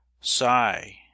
sigh